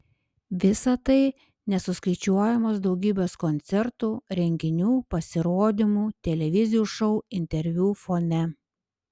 visa tai nesuskaičiuojamos daugybės koncertų renginių pasirodymų televizijų šou interviu fone